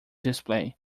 display